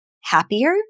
happier